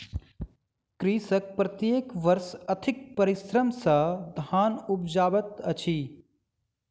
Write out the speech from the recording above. कृषक प्रत्येक वर्ष अथक परिश्रम सॅ धान उपजाबैत अछि